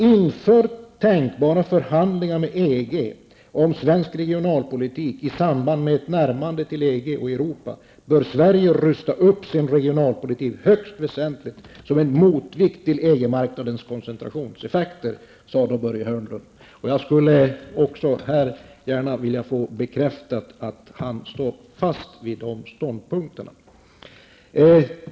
Inför tänkbara förhandlingar med EG om svensk regionalpolitik i samband med ett närmande till EG och Europa bör Sverige rusta upp sin regionalpolitik högst väsentligt, som en motvikt till EG-marknadens koncentrationseffekter, sade Börje Hörnlund. -- Jag skulle gärna vilja ha bekräftat att Börje Hörnlund står fast vid dessa ståndpunkter.